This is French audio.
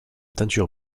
teinture